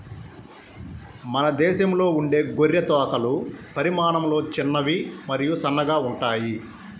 మన దేశంలో ఉండే గొర్రె తోకలు పరిమాణంలో చిన్నవి మరియు సన్నగా ఉంటాయి